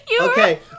Okay